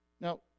Now